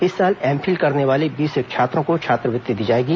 इस साल M Phil करने वाले बीस छात्रों को छात्रवृत्ति दी जाएगी